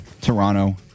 Toronto